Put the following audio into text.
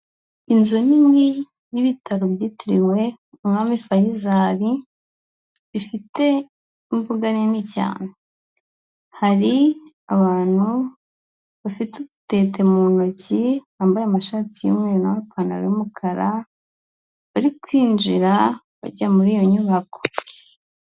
Inzu nini y'ibitaro byitiriwe umwami Faisal bifite imbuga nini cyane, hari abantu bafite udutete mu ntoki bambaye amashati y'umweru n'amapantaro y'umukara, bari kwinjira bajya muri iyo nyubako.